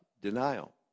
denial